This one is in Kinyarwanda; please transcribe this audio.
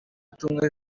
tumwe